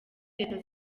leta